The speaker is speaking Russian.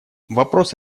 вопрос